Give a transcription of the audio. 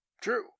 True